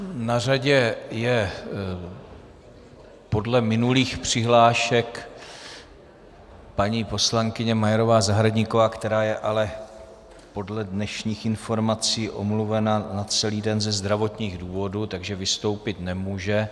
Na řadě je podle minulých přihlášek paní poslankyně Majerová Zahradníková, která je ale podle dnešních informací omluvena na celý den ze zdravotních důvodů, takže vystoupit nemůže.